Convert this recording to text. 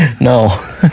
No